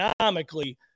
economically